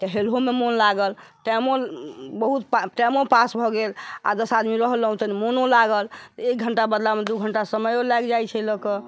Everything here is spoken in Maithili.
तऽ हेलहोमे मोन लागल टाइमो बहुत टाइमो पास भऽ गेल आ दस आदमी रहलहुँ तऽ मोनो लागल एक घण्टा बदलामे दू घण्टा समयो लागि जाइत छै लोकके